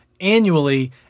annually